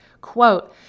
Quote